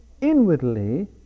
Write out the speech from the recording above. inwardly